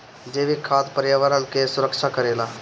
जैविक खाद पर्यावरण कअ सुरक्षा करेला